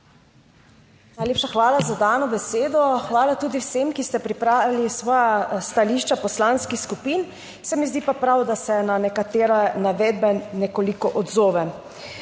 Najlepša hvala za dano besedo, hvala tudi vsem, ki ste pripravljali svoja stališča poslanskih skupin. Se mi zdi pa prav, da se na nekatere navedbe nekoliko odzovem.